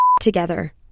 together